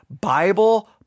Bible